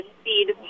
speed